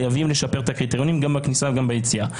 חייבים לשפר את הקריטריונים גם בכניסה וגם ביציאה.